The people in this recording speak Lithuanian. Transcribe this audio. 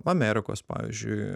amerikos pavyzdžiui